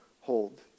hold